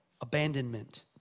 abandonment